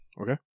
Okay